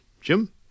Jim